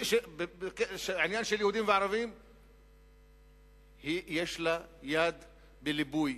בכל עניין של יהודים וערבים יש לה יד בליבוי.